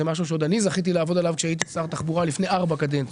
זכיתי לעבוד כשהייתי שר תחבורה לפני ארבע קדנציות.